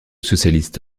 socialiste